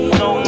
no